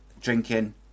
drinking